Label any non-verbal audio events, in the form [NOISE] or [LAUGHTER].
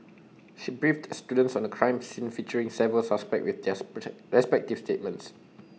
she briefed the students on A crime scene featuring several suspects with their [UNINTELLIGIBLE] respective statements